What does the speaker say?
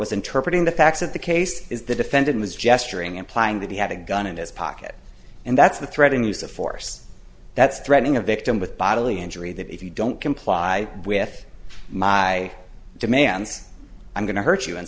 was interpreted the facts of the case is the defendant was gesturing implying that he had a gun in his pocket and that's the threat in use of force that's threatening a victim with bodily injury that if you don't comply with my demands i'm going to hurt you in